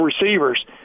receivers